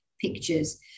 pictures